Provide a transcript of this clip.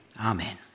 Amen